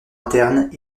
internes